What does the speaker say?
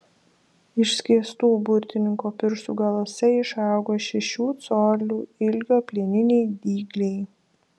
išskėstų burtininko pirštų galuose išaugo šešių colių ilgio plieniniai dygliai